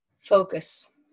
Focus